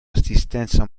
assistenza